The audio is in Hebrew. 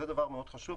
זה דבר מאוד חשוב.